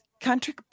Country